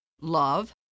love